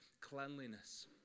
cleanliness